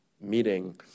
meeting